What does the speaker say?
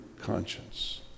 conscience